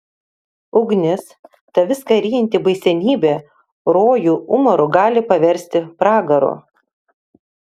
ugnis ta viską ryjanti baisenybė rojų umaru gali paversti pragaru